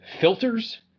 filters